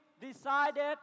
decided